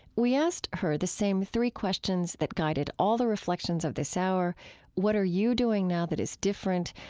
we asked her the same three questions that guided all the reflections of this hour what are you doing now that is different?